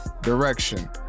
direction